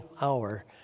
hour